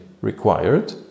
required